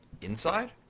Inside